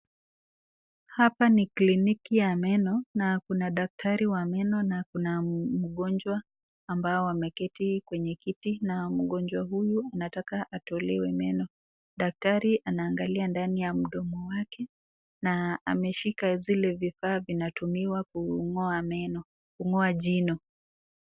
Hapa ni kliniki ya meno na kuna daktari wa meno na kuna mgonjwa ambao wameketi kwenye kiti na mgonjwa huyu anataka atolewe meno. Daktari anaangalia ndani ya mdomo wake na ameshika zile vifaa vinatumiwa kung'oa jino.